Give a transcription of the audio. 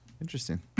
Interesting